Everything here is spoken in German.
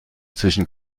zwischen